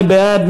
מי בעד?